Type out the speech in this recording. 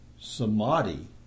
samadhi